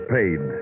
paid